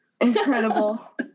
incredible